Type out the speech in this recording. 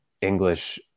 English